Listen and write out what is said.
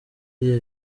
iya